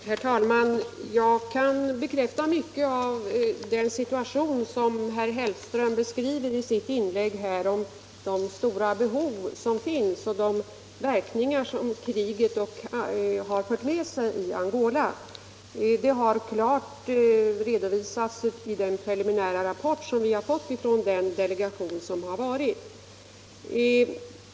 Herr talman! Jag kan bekräfta mycket av det som herr Hellström beskriver i sitt inlägg när det gäller de stora behov som finns och de verkningar som kriget fört med sig i Angola. Det har klart redovisats i preliminärrapporten från den delegation som varit där.